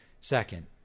Second